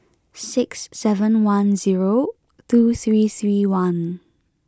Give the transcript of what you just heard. six seven one zero two three three one